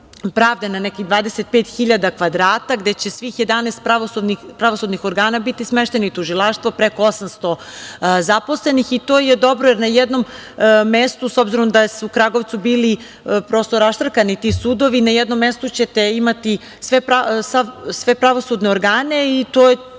pravde na nekih 25 hiljada kvadrata, gde će svih 11 pravosudnih organa biti smešteni, i tužilaštvo, preko 800 zaposlenih i to je dobro, jer na jednom mestu, s obzirom da su u Kragujevcu bili prosto raštrkani ti sudovi, na jednom mestu ćete imati sve pravosudne organe i to će